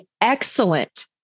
excellent